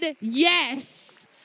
yes